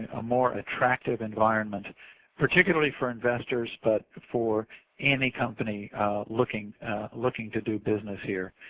a more attractive environment particularly for investors but for any company looking looking to do business here.